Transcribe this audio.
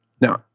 Now